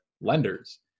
lenders